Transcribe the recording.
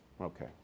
Okay